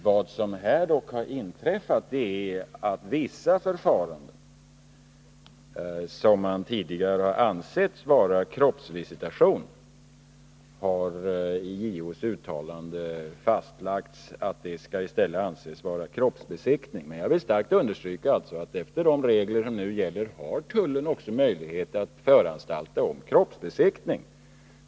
Det som har inträffat är att JO i sitt uttalande har fastlagt att vissa förfaranden som tidigare ansetts vara kroppsvisitation i stället är att betrakta som kroppsbesiktning. Jag vill dock starkt understryka att tullen även enligt de regler som nu gäller har möjlighet att föranstalta om kroppsbesiktning.